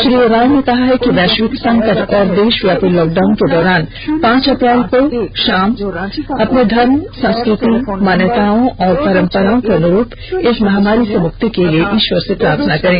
श्री उरांव ने कहा है कि वैष्विक संकट और देषव्यापी लॉकडाउन के दौरान पांच अप्रैल को संध्या प्रहरी अपने धर्म संस्कृति मान्यताओं और परंपराओं के अनुरूप इस महामारी से मुक्ति के लिए इष्वर से प्रार्थना करें